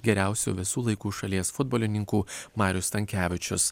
geriausių visų laikų šalies futbolininkų marius stankevičius